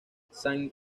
san